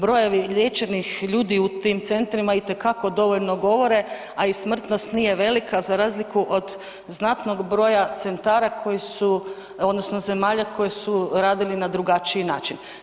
Brojevi liječenih ljudi u tim centrima itekako dovoljno govore, a i smrtnost nije velika za razliku od znatnog broja centara koji su odnosno zemalja koje su radili na drugačiji način.